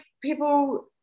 people